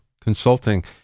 consulting –